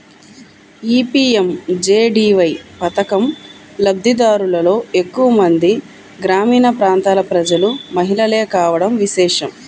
ఈ పీ.ఎం.జే.డీ.వై పథకం లబ్ది దారులలో ఎక్కువ మంది గ్రామీణ ప్రాంతాల ప్రజలు, మహిళలే కావడం విశేషం